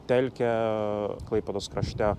telkia klaipėdos krašte